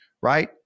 right